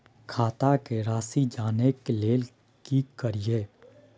खाता के राशि जानय के लेल की करिए?